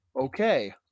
okay